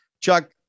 Chuck